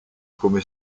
come